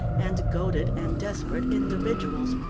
and goaded and desperate individuals,